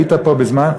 היית פה בזמן,